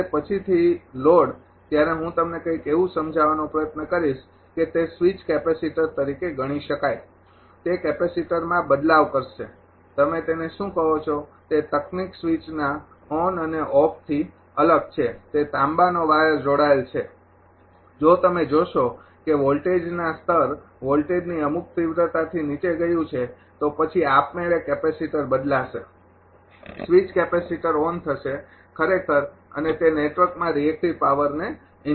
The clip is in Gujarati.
જ્યારે પછીથી લોડ ત્યારે હું તમને કંઈક એવું સમજાવવાનો પ્રયત્ન કરીશ કે તે સ્વીચ કેપેસિટર તરીકે ગણી શકાય અને તે કેપેસીટરમાં બદલાવ કરશે તમે તેને શું કહો છો તે તકનિક સ્વિચના ઓન અને ઓફ થી અલગ છે તે તાંબાનો વાયર જોડાયેલ છે જો તમે જોશો કે વોલ્ટેજના સ્તર વોલ્ટેજની અમુક તીવ્રતાથી નીચે ગયું છે તો પછી આપમેળે કેપેસિટર બદલાશે સ્વિચ કેપેસિટર ઓન થશે બરાબર અને તે નેટવર્કમાં રિએક્ટિવ પાવરને ઇન્જેક્ટ કરશે